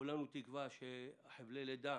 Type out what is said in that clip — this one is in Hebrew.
כולנו תקווה שחבלי הלידה